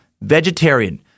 vegetarian